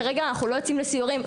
כרגע אנחנו לא יוצאים לסיורים.